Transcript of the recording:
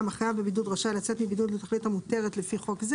החייב בבידוד רשאי לצאת מבידוד לפי חוק זה.